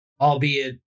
Albeit